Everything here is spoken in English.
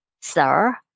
Sir